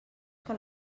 que